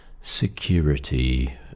security